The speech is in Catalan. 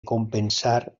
compensar